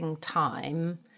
time